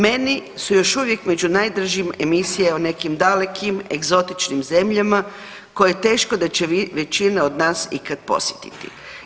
Meni su još uvijek među najdražim emisije o nekim dalekim egzotičnim zemljama koje teško da će većina od nas ikad posjetiti.